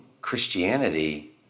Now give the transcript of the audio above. Christianity